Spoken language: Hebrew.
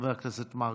חבר הכנסת מרגי,